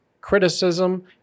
criticism